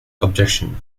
objection